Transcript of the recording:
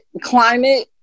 climate